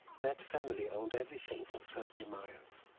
that family owned everything for thirty miles